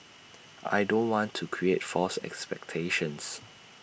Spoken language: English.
I don't want to create false expectations